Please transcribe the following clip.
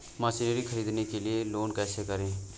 Machinery ख़रीदने के लिए लोन कैसे करें?